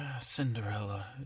Cinderella